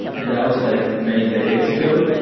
and that was like many decades ago.